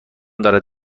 دارد